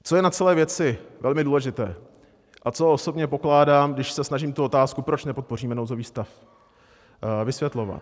Co je na celé věci velmi důležité a co osobně pokládám, když se snažím tu otázku, proč nepodpoříme nouzový stav, vysvětlovat.